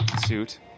suit